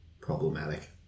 problematic